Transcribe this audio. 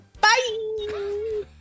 Bye